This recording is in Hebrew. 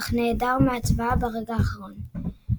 אך נעדר מההצבעה ברגע האחרון.